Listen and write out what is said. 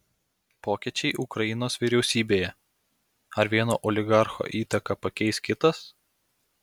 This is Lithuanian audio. pokyčiai ukrainos vyriausybėje ar vieno oligarcho įtaką pakeis kitas